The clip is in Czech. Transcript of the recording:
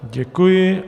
Děkuji.